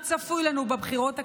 מה צפוי לנו בבחירות הכלליות,